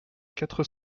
quatre